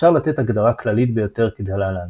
אפשר לתת הגדרה כללית ביותר כדלהלן